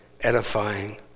edifying